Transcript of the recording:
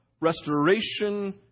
restoration